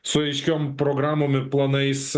su aiškiom programom ir planais